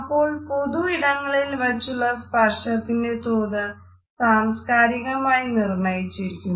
അപ്പോൾ പൊതു ഇടങ്ങളിൽ വച്ചുള്ള സ്പർശത്തിന്റെ തോത് സാംസ്കാരികമായി നിർണ്ണയിച്ചിരിക്കുന്നു